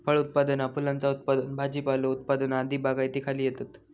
फळ उत्पादना फुलांचा उत्पादन भाजीपालो उत्पादन आदी बागायतीखाली येतत